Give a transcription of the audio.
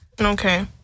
Okay